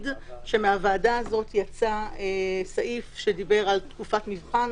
מהוועדה הזאת יצא סעיף שדיבר על תקופת מבחן,